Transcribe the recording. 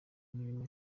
imirimo